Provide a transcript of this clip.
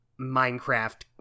Minecraft